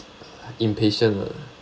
impatient uh